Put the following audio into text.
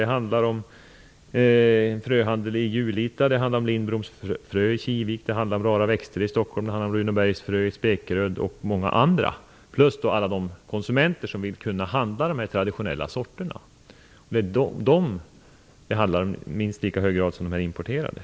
Det är en fröhandel i Julita, Lindbloms frö i Kivik, Rara Växter i Stockholm, Runåbergs fröer i Spekeröd och många andra. Dessutom tillkommer alla konsumenter som vill handla dessa traditionella sorter. Det handlar om dem i minst lika hög grad som om importörerna.